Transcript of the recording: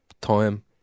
time